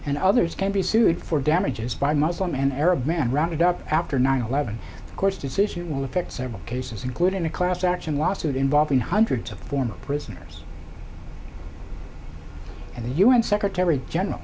and others can be sued for damages by muslim and arab men rounded up after nine eleven of course this issue will affect several cases including a class action lawsuit involving hundreds of former listeners and the u n secretary general